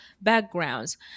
backgrounds